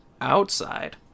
outside